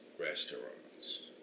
restaurants